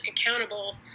accountable